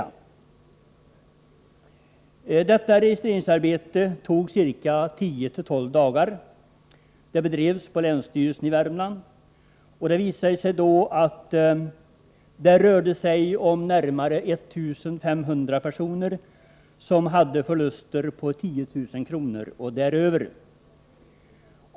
12 Detta registreringsarbete tog ca 10-12 dagar. Det bedrevs på länsstyrelsen i Värmland, och det visade sig då att det rörde sig om närmare 1 500 personer som hade gjort förluster på 10 000 kr. och däröver.